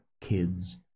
kids